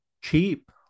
cheap